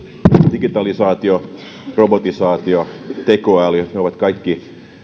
digitalisaatio robotisaatio tekoäly ovat kaikki